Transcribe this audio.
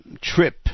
trip